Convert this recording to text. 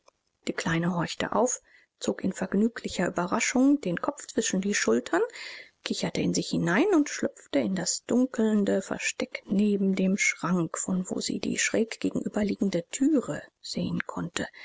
die kleine horchte auf zog in vergnüglicher ueberraschung den kopf zwischen die schultern kicherte in sich hinein und schlüpfte in das dunkelnde versteck neben dem schrank von wo sie die schräg gegenüberliegende thüre sehen konnte